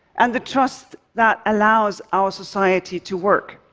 and the trust that allows our society to work.